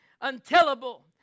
untellable